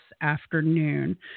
Afternoon